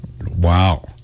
Wow